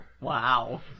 wow